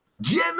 Jimmy